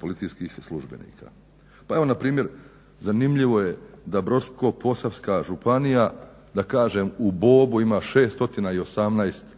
policijskih službenika. Pa evo npr. zanimljivo je da Brodsko-posavska županija da kažem u bobu ima 618 policijskih